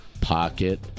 Pocket